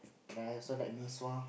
and I also like mee-sua